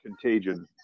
Contagion